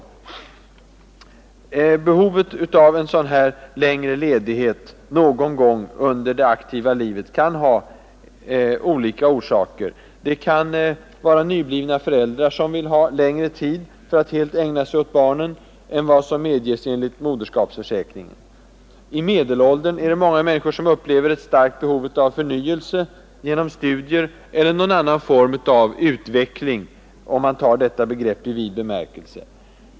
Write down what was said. Behovet av en sådan här längre ledighet någon gång under det aktiva livet kan ha olika orsaker. Det kan vara nyblivna föräldrar som vill ha längre tid att helt ägna sig åt barnen än vad som medges enligt moderskapsförsäkringen. I medelåldern är det många människor som upplever ett starkt behov av förnyelse genom studier eller någon annan form av utveckling, om man tar detta begrepp i vid bemärkelse.